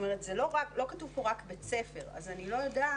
זאת אומרת לא כתוב פה רק בית ספר, אז אני לא יודעת